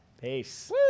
Peace